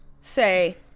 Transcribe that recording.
say